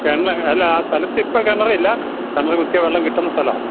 കിണർ അല്ല ആ സ്ഥലത്തിപ്പോൾ കിണറില്ല കിണർ കുത്തിയാൽ വെള്ളം കിട്ടുന്ന സ്ഥലമാണ്